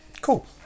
cool